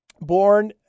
born